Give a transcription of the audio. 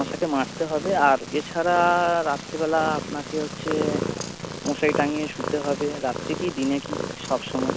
মশাকে মারতে হবে আর এছাড়া রাত্রেবেলা আপনাকে হচ্ছে মশারি টাঙিয়ে শুতে হবে রাত্রে কি দিনে কি সব সময়